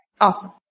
awesome